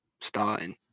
starting